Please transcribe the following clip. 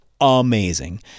amazing